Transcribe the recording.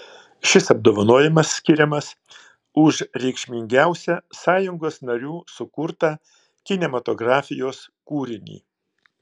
šis apdovanojimas skiriamas už reikšmingiausią sąjungos narių sukurtą kinematografijos kūrinį